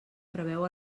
preveu